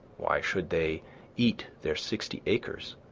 why should they eat their sixty acres,